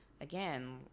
again